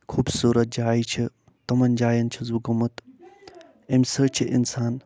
خوبصوٗرت جایہِ چھِ تِمن جاین چھُس بہٕ گوٚمُت اَمہِ سۭتۍ چھِ اِنسان